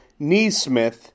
Neesmith